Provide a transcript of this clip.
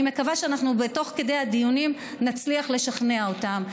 אני מקווה שתוך כדי הדיונים נצליח לשכנע אותם,